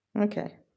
Okay